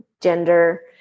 gender